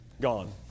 gone